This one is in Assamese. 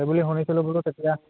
এই বুলি শুনিছিলোঁ বোলো তেতিয়া